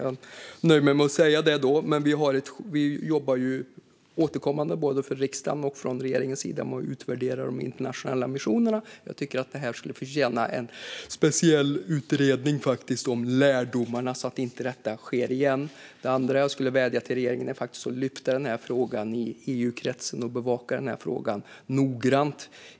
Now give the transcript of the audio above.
Jag nöjer mig med att säga det, men vi jobbar ju återkommande både från riksdagens och från regeringens sida med att utvärdera de internationella missionerna. Jag tycker att det här skulle förtjäna en speciell utredning om lärdomarna så att det inte sker igen. Det andra är att jag skulle vilja vädja till regeringen att lyfta den här frågan i EU-kretsen och bevaka den noggrant.